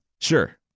Sure